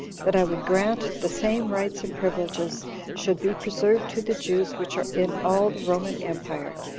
that i would grant the same rights and privileges should be preserved to the jews which are in all the roman empire,